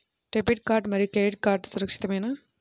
Debit card మరియు credit card సురక్షితమేనా?